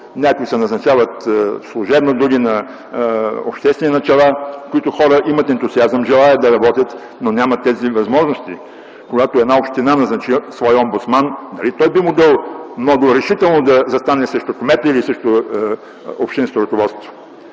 които се назначат служебно, а други на обществени начала, хора, които имат ентусиазъм, желаят да работят, но нямат тези възможности. Когато една община назначи своят омбудсман, нали той би могъл много решително да застане срещу кмета или срещу общинското ръководство?